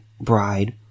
bride